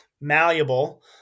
malleable